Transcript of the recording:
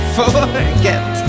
forget